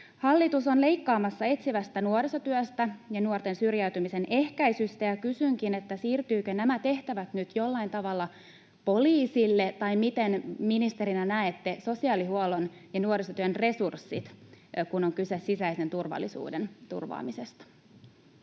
Hallitus on leikkaamassa etsivästä nuorisotyöstä ja nuorten syrjäytymisen ehkäisystä, ja kysynkin: siirtyvätkö nämä tehtävät nyt jollain tavalla poliisille, vai miten ministerinä näette sosiaalihuollon ja nuorisotyön resurssit, kun on kyse sisäisen turvallisuuden turvaamisesta?